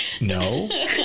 No